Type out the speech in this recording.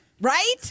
Right